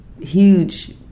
huge